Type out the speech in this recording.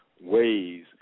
ways